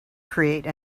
create